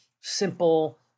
simple